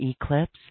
eclipse